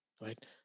right